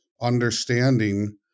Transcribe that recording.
understanding